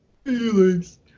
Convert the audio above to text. Feelings